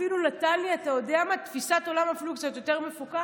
אפילו נתן לי תפיסת עולם קצת יותר מפוקחת.